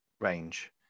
range